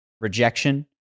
rejection